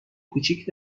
کوچیک